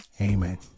Amen